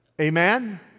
Amen